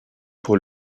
pour